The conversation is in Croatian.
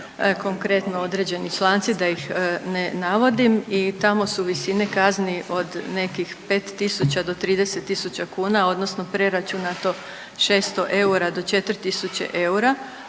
konkretno određeni članici da ih ne navodim i tamo su visine kazni od nekih 5.000 do 30.000 kuna odnosno preračunato 600 eura do 4.000 eura,